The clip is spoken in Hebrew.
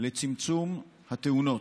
לצמצום התאונות,